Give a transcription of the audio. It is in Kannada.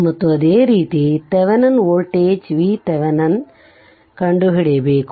ಮತ್ತು ಅದೇ ರೀತಿ ಥೆನಿನ್ ವೋಲ್ಟೇಜ್ ವಿಥೆವೆನಿನ್Thevenin voltage VThevenin ಕಂಡುಹಿಡಿಯಬೇಕು